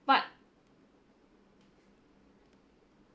but